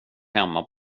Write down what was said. hemma